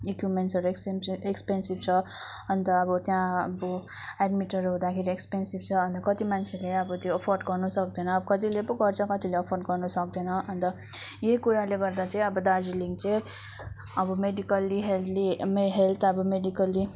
इक्युपमेन्ट्सहरू expensive छ अन्त अब त्यहाँ अब एडमिटहरू हुँदाखेरि एक्सपेन्सिभ छ अन्त कति मान्छेले अब त्यो अफोर्ड गर्न सक्दैन अब कतिले पो गर्छ कतिले अफोर्ड गर्न सक्दैन अन्त यही कुराले गर्दा चाहिँ अब दार्जिलिङ चाहिँ अब मेडिकली हेल्दी हेल्थ अब मेडिकली